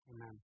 Amen